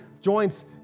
joints